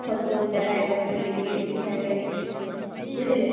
ସବୁ ଜାଗା ଇକା ବୁଲିକି ଦେଖିପାରିବେ ବୁଝିଲେ